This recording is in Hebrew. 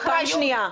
זו פעם שנייה.